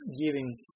giving